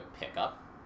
pickup